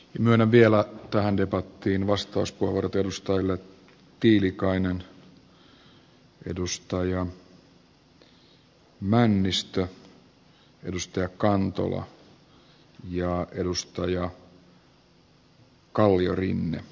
myönnän vielä tähän debattiin vastauspuheenvuorot edustajille tiilikainen männistö kantola ja kalliorinne